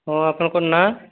ହଁ ଆପଣଙ୍କ ନାଁ